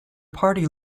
party